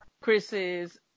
Chris's